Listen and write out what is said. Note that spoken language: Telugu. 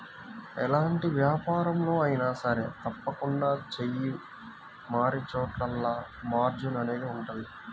ఎలాంటి వ్యాపారంలో అయినా సరే తప్పకుండా చెయ్యి మారినచోటల్లా మార్జిన్ అనేది ఉంటది